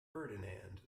ferdinand